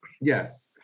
yes